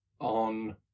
on